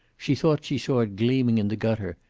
she thought she saw it gleaming in the gutter,